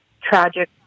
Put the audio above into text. tragic